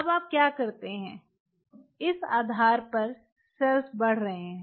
अब आप क्या करते हैं इस आधार पर सेल्स बढ़ रहे हैं